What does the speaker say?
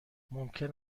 ممکن